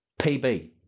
PB